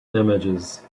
images